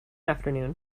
afternoon